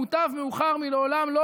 מוטב מאוחר מלעולם לא,